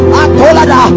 atolada